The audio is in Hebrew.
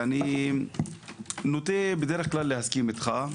אני נוטה בדרך כלל להסכים איתך,